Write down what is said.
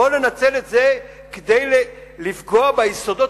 לא לנצל את זה כדי לפגוע ביסודות